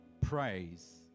Praise